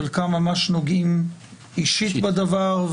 חלקם ממש נוגעים אישית בדבר,